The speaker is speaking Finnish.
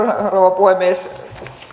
rouva puhemies